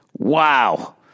wow